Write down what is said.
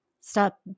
stop